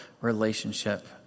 relationship